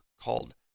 called